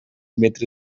metre